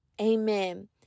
amen